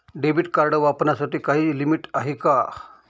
Debit card वापरण्यासाठी काही limit आहे का?